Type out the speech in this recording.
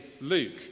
Luke